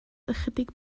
ychydig